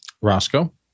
Roscoe